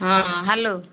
ହଁ ହ୍ୟାଲୋ